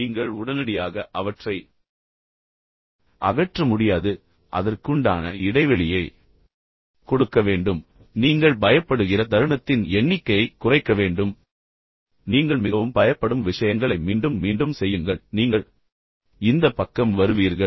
நீங்கள் உடனடியாக அவற்றை அகற்ற முடியாது அதற்குண்டான இடைவெளியை நீங்கள் அதற்கு கொடுக்க வேண்டும் நீங்கள் பயப்படுகிற தருணத்தின் தருணத்தின் எண்ணிக்கையை நீங்கள் குறைக்க வேண்டும் அதைக் குறைக்கவும் நீங்கள் மிகவும் பயப்படும் விஷயங்களை மீண்டும் மீண்டும் செய்யுங்கள் இதனால் நீங்கள் நம்பிக்கையைப் பெறுவீர்கள் நீங்கள் இந்தப் பக்கம் வருவீர்கள்